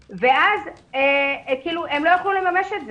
ואז הם לא יוכלו לממש את זה.